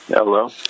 Hello